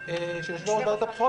לעומת זאת,